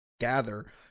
gather